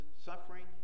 suffering